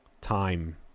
time